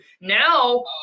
now